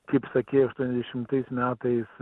kaip sakei aštuoniasdešimtais metais